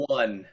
one